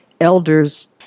elders